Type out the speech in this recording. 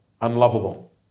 unlovable